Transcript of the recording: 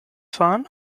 fahren